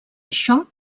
això